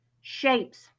shapes